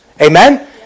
Amen